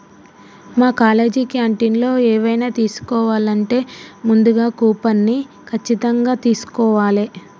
మా కాలేజీ క్యాంటీన్లో ఎవైనా తీసుకోవాలంటే ముందుగా కూపన్ని ఖచ్చితంగా తీస్కోవాలే